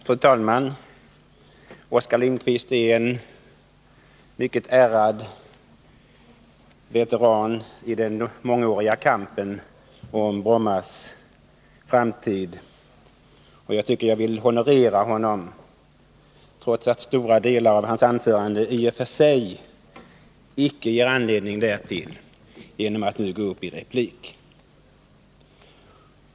Fru talman! Oskar Lindkvist är en mycket ärrad veteran i den mångåriga kampen om Brommas framtid. Jag tycker att jag vill honorera honom, trots att stora delar av hans anförande i och för sig icke ger anledning därtill, genom att nu gå upp i replik.